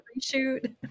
reshoot